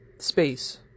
space